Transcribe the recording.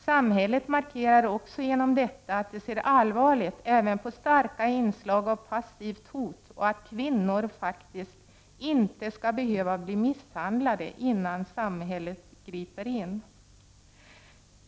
Samhället markerar också genom detta att det ser allvarligt även på starka inslag av passivt hot och att kvinnor faktiskt inte skall behöva bli misshandlade innan samhället griper in.